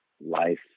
life